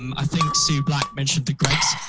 um i think sue black mentioned the greg's,